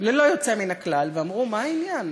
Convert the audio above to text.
ללא יוצא מן הכלל, ואמרו: מה העניין?